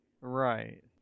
Right